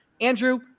Andrew